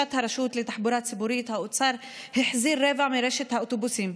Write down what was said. לבקשת הרשות לתחבורה ציבורית האוצר החזיר רבע מרשת האוטובוסים,